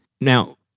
Now